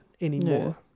anymore